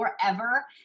forever